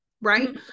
Right